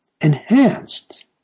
enhanced